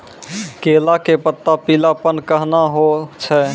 केला के पत्ता पीलापन कहना हो छै?